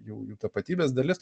jų tapatybės dalis